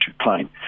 plane